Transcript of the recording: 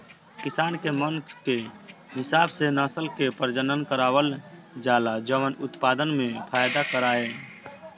किसान के मन के हिसाब से नसल के प्रजनन करवावल जाला जवन उत्पदान में फायदा करवाए